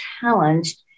challenged